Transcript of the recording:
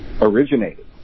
originated